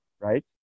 right